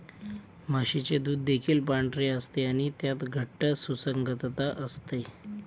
म्हशीचे दूध देखील पांढरे असते आणि त्यात घट्ट सुसंगतता असते